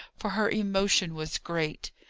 for her emotion was great.